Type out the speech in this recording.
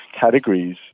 categories